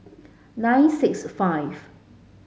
nine six five